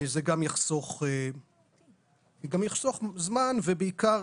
זה גם יחסוך זמן, ובעיקר